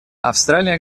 австралия